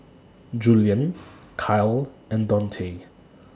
Juliann Kyle and Dontae